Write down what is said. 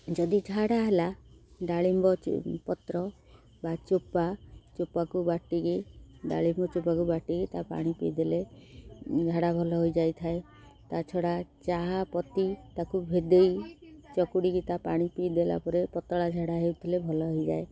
ଯଦି ଝାଡ଼ା ହେଲା ଡାଳିମ୍ବ ପତ୍ର ବା ଚୋପା ଚୋପାକୁ ବାଟିକି ଡାଳିମ୍ବ ଚୋପାକୁ ବାଟିକି ତା ପାଣି ପିଇଦେଲେ ଝାଡ଼ା ଭଲ ହୋଇଯାଇଥାଏ ତା ଛଡ଼ା ଚାହା ପତି ତାକୁ ଭେଦେଇ ଚକୁଡ଼ିକି ତା ପାଣି ପିଇଦେଲା ପରେ ପତଳା ଝାଡ଼ା ହେଉଥିଲେ ଭଲ ହେଇଯାଏ